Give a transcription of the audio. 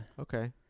Okay